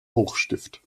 hochstift